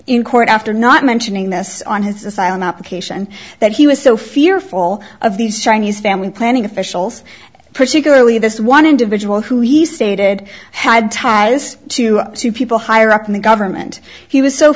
in court after not mentioning this on his asylum application that he was so fearful of these chinese family planning officials particularly this one individual who he stated had ties to people higher up in the government he was so